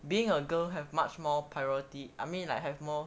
being a girl have much more priority I mean like have more